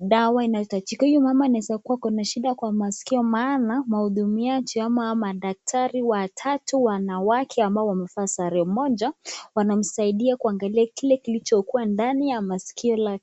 dawa inayohitajika. Huyu mama anaweza kuwa ako na shida Kwa maskio maana wahudumiaji ama madaktari wanawake watatu ambao wamevaa sare moja wanamsaidia kuangalia like kilichokua ndani ya sikio lake.